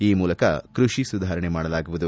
ಆ ಮೂಲಕ ಕೃಷಿ ಸುಧಾರಣೆ ಮಾಡಲಾಗುವುದು